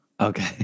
Okay